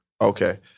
Okay